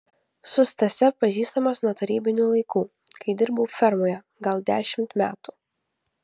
su stase pažįstamas nuo tarybinių laikų kai dirbau fermoje gal dešimt metų